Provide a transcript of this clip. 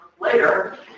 later